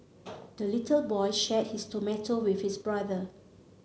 the little boy shared his tomato with his brother